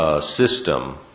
system